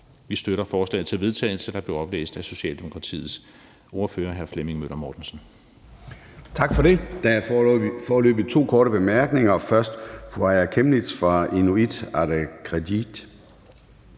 Vi støtter forslaget til vedtagelse, der blev oplæst af Socialdemokratiets ordfører, hr. Flemming Møller Mortensen. Kl. 10:56 Formanden (Søren Gade): Tak for det. Der er foreløbig to korte bemærkninger. Først er det fru Aaja Chemnitz fra Inuit Ataqatigiit.